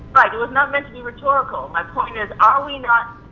right it was not meant to be rhetorical, my point is are we not,